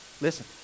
Listen